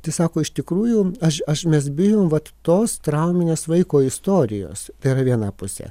tai sako iš tikrųjų aš aš mes bijom vat tos trauminės vaiko istorijos tai yra viena pusė